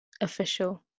official